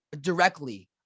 directly